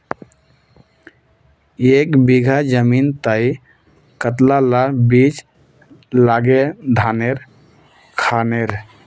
एक बीघा जमीन तय कतला ला बीज लागे धानेर खानेर?